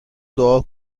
دعا